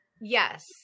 Yes